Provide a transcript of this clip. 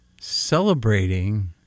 celebrating